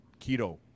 keto